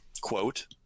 quote